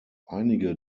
einige